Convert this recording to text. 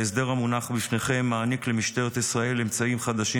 ההסדר המונח בפניכם מעניק למשטרת ישראל אמצעים חדשים